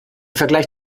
vergleich